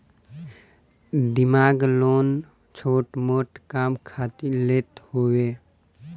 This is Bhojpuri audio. डिमांड लोन छोट मोट काम खातिर लेत हवे